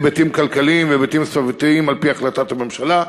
היבטים כלכליים והיבטים סביבתיים על-פי החלטת הממשלה.